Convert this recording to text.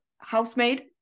housemaid